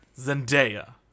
Zendaya